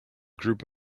group